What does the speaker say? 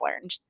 learned